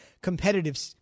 competitive